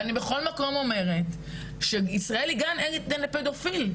ואני בכל מקום אומרת ישראל היא גן עדן לפדופילים,